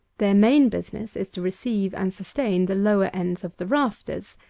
their main business is to receive and sustain the lower ends of the rafters,